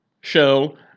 show